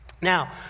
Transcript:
Now